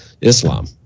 Islam